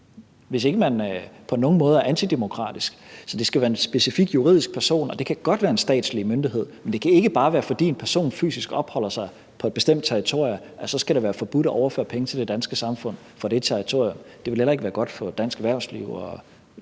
hvis ikke man på nogen måder er antidemokratisk. Så det skal være en specifik juridisk person, og det kan godt være en statslig myndighed – men det kan ikke være, at bare fordi en person fysisk opholder sig på et bestemt territorium, så skal det være forbudt at overføre penge til det danske samfund fra det territorium. Det ville heller ikke være godt for dansk erhvervsliv og